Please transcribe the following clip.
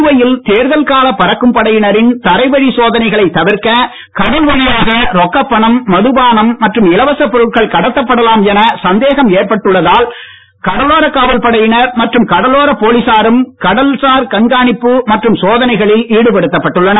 புதுவையில் தேர்தல் கால பறக்கும் படையினரின் தரைவழி சோதனைகளைத் தவிர்க்க கடல் வழியாக ரொக்கப் பணம் மதுபானம் மற்றும் இலவசப் பொருட்கள் கடத்தப்படலாம் என சந்தேகம் ஏற்பட்டுள்ளதால் கடலோர காவல் படையினர் மற்றும் கடலோர போலீசாரும் கடல்சார் கண்காணிப்பு மற்றும் சோதனைகளில் ஈடுபடுத்தப் பட்டுள்ளனர்